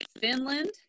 Finland